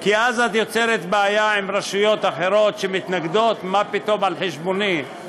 כי אז את יוצרת בעיה עם רשויות אחרות שמתנגדות: מה פתאום על חשבוני?